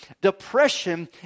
Depression